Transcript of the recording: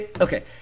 Okay